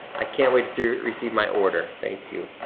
i can't wait to receive my order, thank you.